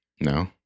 no